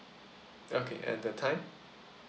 okay and the time